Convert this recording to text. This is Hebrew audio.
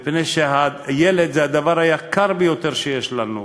מפני שהילד הוא הדבר היקר ביותר שיש לנו,